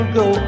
go